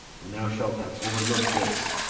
when thou shalt have overlooked this,